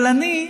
אבל אני,